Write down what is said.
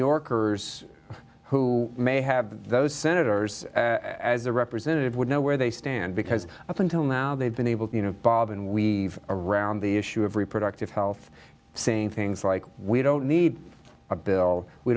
yorkers who may have been those senators as the representative would know where they stand because i think till now they've been able to you know bob and weave around the issue of reproductive health saying things like we don't need a bill we